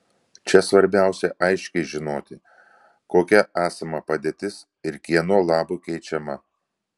čia svarbiausia aiškiai žinoti kokia esama padėtis ir kieno labui keičiama